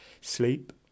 Sleep